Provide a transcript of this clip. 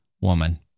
woman